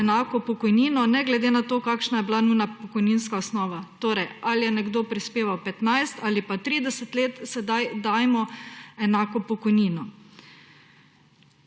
enako pokojnino, ne glede na to, kakšna je bila njuna pokojninska osnova. Ali je nekdo prispeval 15 ali pa 30 let, sedaj dajemo enako pokojnino.